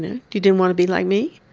and you didn't want to be like me?